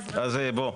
אז בוא.